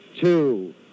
two